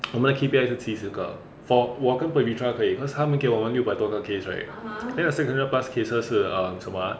我们的 K_P_I 是七十个 for 我跟 pavitra 可以 cause 他给我们六百多个 case right then the secondary past cases 是 uh 什么 ah